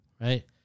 right